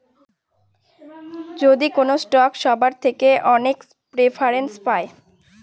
যদি কোনো স্টক সবার থেকে অনেক প্রেফারেন্স পায়